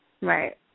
Right